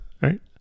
right